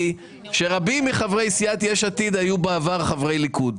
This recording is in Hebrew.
שרבים מחברי סיעת יש עתיד היו בעבר חברי ליכוד.